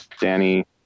Danny